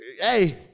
Hey